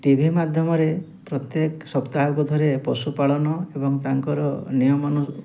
ଟି V ମାଧ୍ୟମରେ ପ୍ରତ୍ୟେକ ସପ୍ତାହକୁ ଥରେ ପଶୁପାଳନ ଏବଂ ତାଙ୍କର ନିୟମ ଅନୁ